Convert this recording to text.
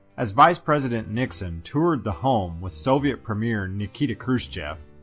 as vice president nixon toured the home with soviet premier nikita khrushchev,